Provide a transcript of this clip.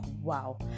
wow